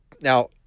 now